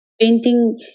painting